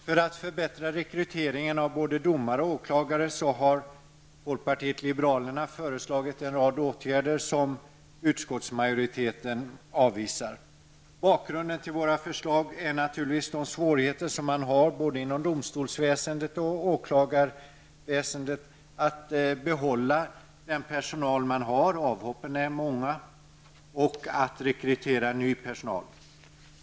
Herr talman! För att förbättra rekryteringen både av domare och åklagare har folkpartiet liberalerna föreslagit en rad åtgärder som utskottsmajoriteten avvisar. Bakgrunden till våra förslag är naturligtvis de svårigheter som man har inom både domstolsväsendet och åklagarväsendet att behålla sin personal -- avhoppen är många -- och att rekrytera ny personal.